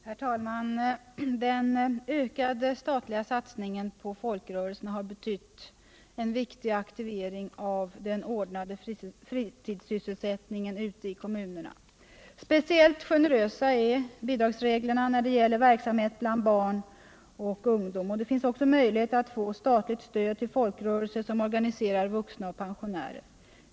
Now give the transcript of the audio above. Herr talman! Den ökade statliga satsningen på folkrörelserna har betytt en viktig aktivering av den ordnade fritidssysselsättningen i kommunerna. Speciellt generösa är bidragsreglerna när det gäller verksamhet bland barn och ungdom. Det finns också möjlighet att få statligt stöd till folkrörelser som organiserar vuxna och pensionärer.